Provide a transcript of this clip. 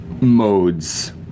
modes